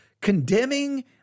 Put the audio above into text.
condemning